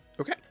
Okay